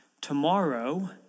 tomorrow